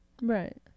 right